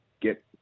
get